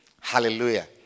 Hallelujah